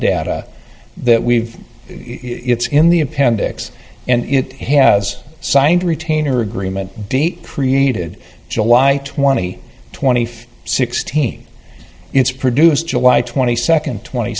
data that we've it's in the appendix and it has signed a retainer agreement deep created july twenty twenty five sixteen it's produced july twenty second twenty